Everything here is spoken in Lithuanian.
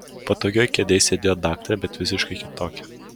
patogioj kėdėj sėdėjo daktarė bet visiškai kitokia